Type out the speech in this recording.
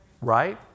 Right